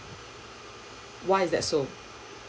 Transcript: why is that so